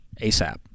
ASAP